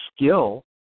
skill